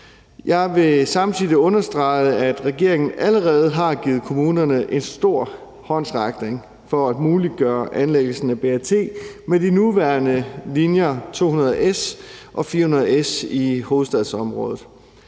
Jeg vil samtidig understrege, at regeringen allerede har givet kommunerne en stor håndsrækning for at muliggøre anlæggelsen af BRT med de nuværende linjer 200 S og 400 S i hovedstadsområdet.